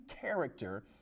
character